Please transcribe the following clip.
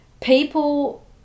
people